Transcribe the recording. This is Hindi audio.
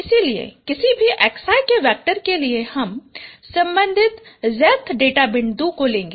इसलिए किसी भी xi के वेक्टर के लिए हम संबंधित jth डेटा बिंदु को लेगे